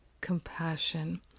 Compassion